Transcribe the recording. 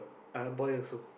uh boy also